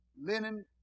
linen